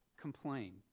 complain